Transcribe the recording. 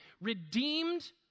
redeemed